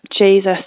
Jesus